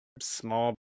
small